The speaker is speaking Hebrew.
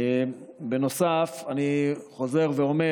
בנוסף, אני חוזר ואומר: